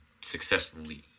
successfully